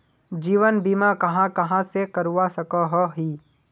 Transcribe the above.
जीवन बीमा कहाँ कहाँ से करवा सकोहो ही?